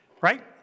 Right